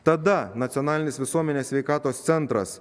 tada nacionalinis visuomenės sveikatos centras